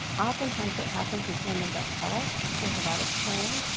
oftentimes what happens is women don't tell us. there's a lot of shame.